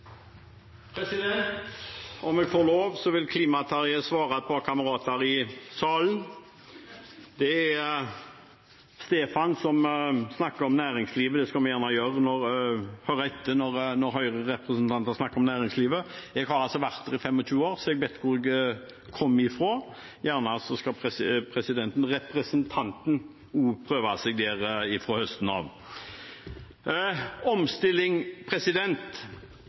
Om jeg får lov, vil Klima-Terje svare et par av mine kamerater i salen. Stefan snakket om næringslivet – vi skal gjerne høre etter når Høyre-representanter snakker om næringslivet. Der har jeg vært i 25 år, så jeg vet hvor jeg kommer fra – og der skal representanten også prøve seg fra høsten av. Fremskrittspartiet støtter omstilling.